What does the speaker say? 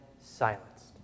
silenced